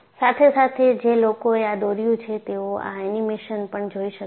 સાથે સાથે જે લોકોએ આ દોર્યું છે તેઓ આ એનિમેશન પણ જોઈ શકે છે